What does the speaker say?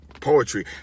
poetry